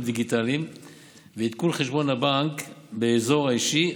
דיגיטליים ועדכון חשבון הבנק באזור האישי.